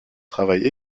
travaille